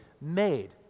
made